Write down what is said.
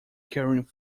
caring